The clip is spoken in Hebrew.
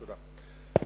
תודה.